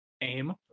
aim